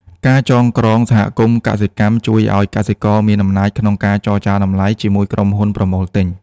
ការចងក្រងសហគមន៍កសិកម្មជួយឱ្យកសិករមានអំណាចក្នុងការចរចាតម្លៃជាមួយក្រុមហ៊ុនប្រមូលទិញ។